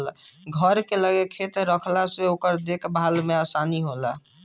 घर के लगे खेत रहला से ओकर देख भाल में आसानी होला